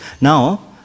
Now